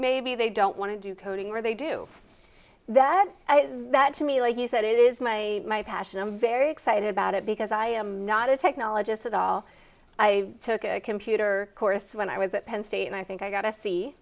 maybe they don't want to do coding where they do that that to me like you said it is my my passion i'm very excited about it because i am not a technologist at all i took a computer course when i was at penn state and i think i got